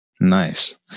Nice